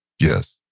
Yes